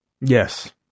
Yes